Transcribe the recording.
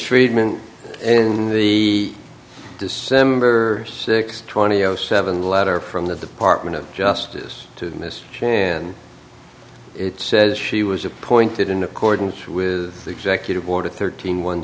treatment in the december sixth twenty zero seven letter from the department of justice to mr shand it says she was appointed in accordance with the executive order thirteen one